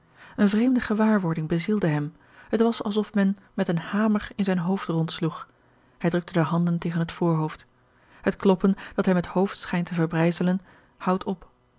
eene vreemde gewaarwording bezielde hem het was alsof men met een hamer in zijn hoofd rondsloeg hij drukte de handen tegen het voorhoofd het kloppen dat hem het hoofd schijnt te verbrijzelen houdt op